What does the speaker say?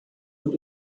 und